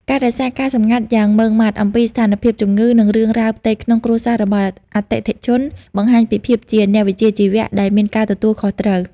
ការរក្សាការសម្ងាត់យ៉ាងម៉ឺងម៉ាត់អំពីស្ថានភាពជំងឺ និងរឿងរ៉ាវផ្ទៃក្នុងគ្រួសាររបស់អតិថិជន បង្ហាញពីភាពជាអ្នកវិជ្ជាជីវៈដែលមានការទទួលខុសត្រូវ។